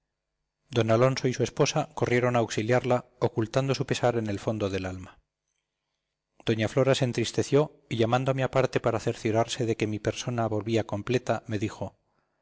d alonso y su esposa corrieron a auxiliarla ocultando su pesar en el fondo del alma doña flora se entristeció y llamándome aparte para cerciorarse de que mi persona volvía completa me dijo